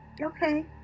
Okay